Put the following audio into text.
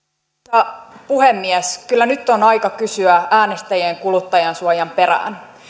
arvoisa puhemies kyllä nyt on aika kysyä äänestäjien kuluttajansuojan perään